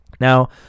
Now